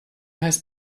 heißt